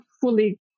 fully